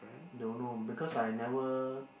don't know because I never